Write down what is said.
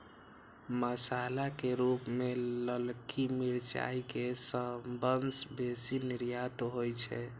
मसाला के रूप मे ललकी मिरचाइ के सबसं बेसी निर्यात होइ छै